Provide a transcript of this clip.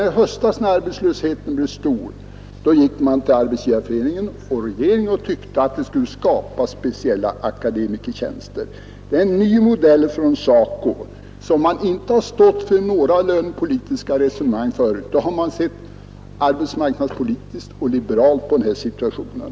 Men i höstas, när arbetslösheten blev stor, gick man till Arbetsgivareföreningen och regeringen och tyckte att det skulle skapas speciella akademikertjänster. Det är en ny modell från SACO som man inte har stått för i några lönepolitiska resonemang förut, utan då har man sett arbetsmarknadspolitiskt och liberalt på den här situationen.